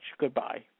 Goodbye